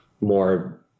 more